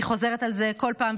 אני חוזרת על זה כל פעם,